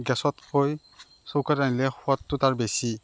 গেছতকৈ চৌকাত ৰান্ধিলে সোৱাদটো তাৰ বেছি